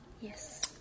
Yes